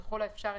ככל האפשר,